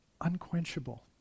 unquenchable